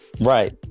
right